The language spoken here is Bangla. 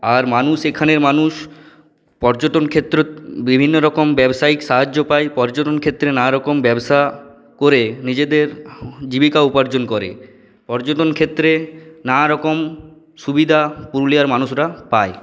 আর মানুষ এখানে মানুষ পর্যটন ক্ষেত্র বিভিন্ন রকম ব্যবসায়িক সাহায্য পায় পর্যটন ক্ষেত্রে নানারকম ব্যবসা করে নিজেদের জীবিকা উপার্জন করে পর্যটন ক্ষেত্রে নানা রকম সুবিধা পুরুলিয়ার মানুষরা পায়